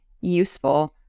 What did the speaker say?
useful